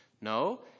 No